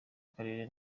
karere